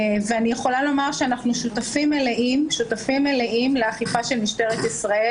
אני יכולה לומר שאנחנו שותפים מלאים לאכיפה של משטרת ישראל,